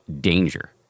danger